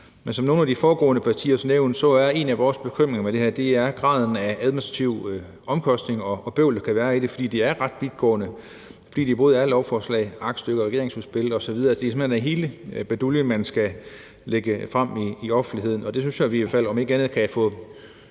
Som nogle af de foregående partier også har nævnt, er en af vores bekymringer her graden af administrative omkostninger og administrativt bøvl, der kan være i det, fordi det er ret vidtgående; det er både lovforslag, aktstykker og regeringsudspil osv. – det er simpelt hen hele baduljen, man skal lægge frem i offentligheden. Det synes jeg vi om ikke andet kan få